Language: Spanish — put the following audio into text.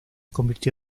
convirtió